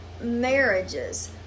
marriages